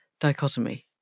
dichotomy